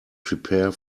prepare